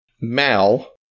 Mal